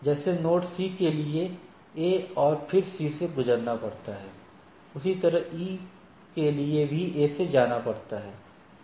जैसे node C के लिए A और फिर C से गुजरना पड़ता है उसी तरह E के लिए भी A को जाना है फिर A से C पर